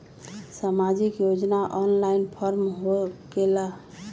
समाजिक योजना offline form होकेला?